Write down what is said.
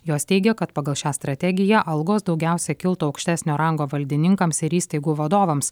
jos teigė kad pagal šią strategiją algos daugiausia kiltų aukštesnio rango valdininkams ir įstaigų vadovams